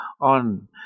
on